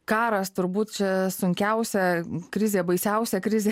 karas turbūt čia sunkiausia krizė baisiausia krizė